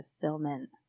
fulfillment